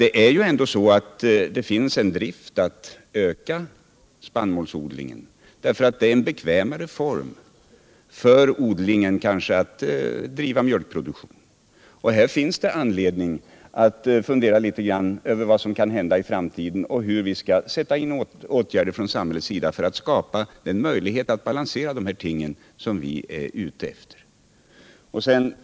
Det är ändå så att det finns en tendens att öka spannmålsodlingen därför att det är en bekvämare form för jordbrukaren än att driva exempelvis mjölkproduktion. Här finns det anledning att fundera litet grand över vad som kan hända i framtiden och hur vi skall sätta in åtgärder från samhällets sida för att skapa möjligheter att balansera dessa produktionsgrenar.